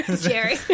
Jerry